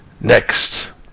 Next